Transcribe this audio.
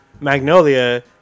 Magnolia